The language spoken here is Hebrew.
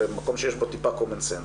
במקום שיש בו טיפה קומן-סנס